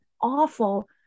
awful